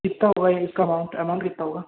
किता होगा इसका अमाउंट अमाउंट कित्ता होगा